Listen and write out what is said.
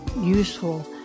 useful